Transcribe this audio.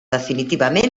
definitivament